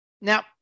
Now